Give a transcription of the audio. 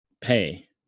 pay